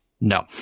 No